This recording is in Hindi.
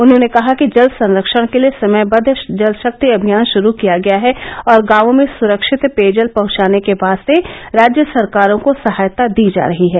उन्होंने कहा कि जल संरक्षण के लिए समयबद्ध जलशक्ति अभियान शुरू किया गया है और गांवों में सुरक्षित पेयजल पहुंचाने के वास्ते राज्य सरकारों को सहायता दी जा रही है